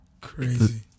Crazy